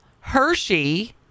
Hershey